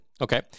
Okay